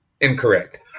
incorrect